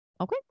okay